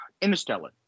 Interstellar